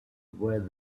where